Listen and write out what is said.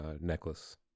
necklace